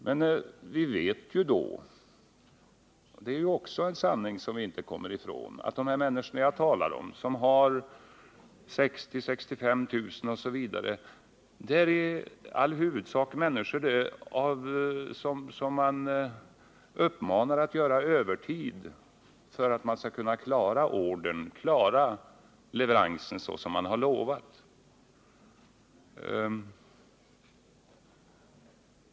Men vi vet att de människor som jag talar om — de som har 60 000-65 000 i årsinkomst — i huvudsak är människor som företagsledningen uppmanar att göra övertid för att klara ordern, klara leveransen såsom man har lovat.